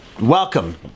welcome